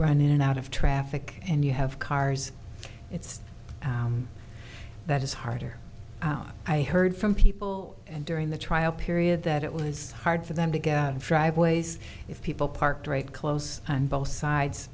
and out of traffic and you have cars it's that is harder i heard from people and during the trial period that it was hard for them to get driveways if people parked right close on both sides